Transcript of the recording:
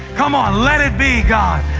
come on. let it be, god.